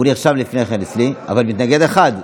הוא נרשם לפני כן אצלי, אבל מתנגד אחד.